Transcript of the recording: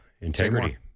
integrity